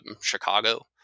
Chicago